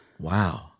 Wow